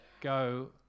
go